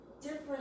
different